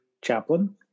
chaplain